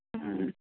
ਹਮ